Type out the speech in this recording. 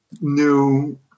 new